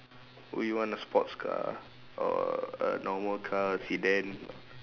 would you want a sports car or a normal car Sedan